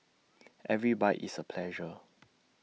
every bite is A pleasure